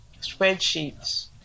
spreadsheets